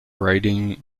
writing